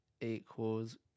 equals